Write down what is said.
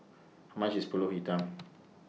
much IS Pulut Hitam